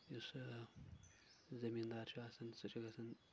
یُس زٔمیٖن دار چھُ آسان سہ چھ گژھان